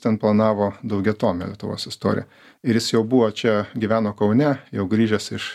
ten planavo daugiatomę lietuvos istoriją ir jis jau buvo čia gyveno kaune jau grįžęs iš